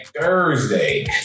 Thursday